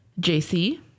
jc